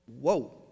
whoa